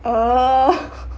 err